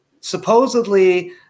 supposedly